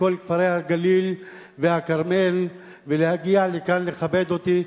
ומכל כפרי הגליל והכרמל להגיע לכאן לכבד אותי.